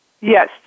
Yes